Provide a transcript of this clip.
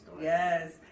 yes